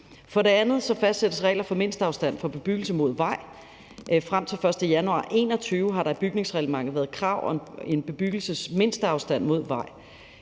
For det andet fastsættes regler for mindsteafstand for bebyggelse mod vej. Frem til den 1. januar 2021 har der i bygningsreglementet været krav om en bebyggelses mindsteafstand mod vej.